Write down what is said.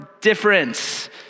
difference